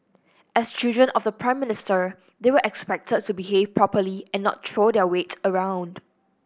as children of the Prime Minister they were expected to behave properly and not throw their weight around